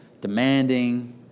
demanding